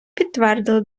підтвердили